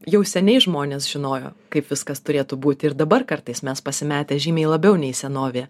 jau seniai žmonės žinojo kaip viskas turėtų būti ir dabar kartais mes pasimetę žymiai labiau nei senovė